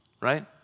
right